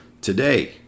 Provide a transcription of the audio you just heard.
today